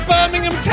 Birmingham